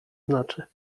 znaczy